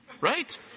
right